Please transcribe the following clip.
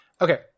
Okay